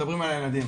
מדברים על הילדים.